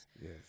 Yes